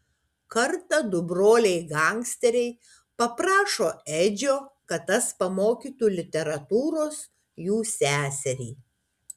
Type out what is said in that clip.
kartą du broliai gangsteriai paprašo edžio kad tas pamokytų literatūros jų seserį